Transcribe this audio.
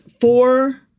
four